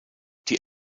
die